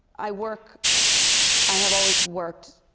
i work i have always worked